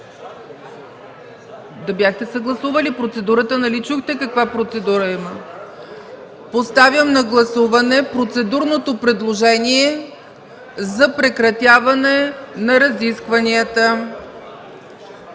Да бяхте съгласували процедурата. Нали чухте каква процедура има?! Поставям на гласуване процедурното предложение за прекратяване на разискванията.